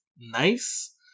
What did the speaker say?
nice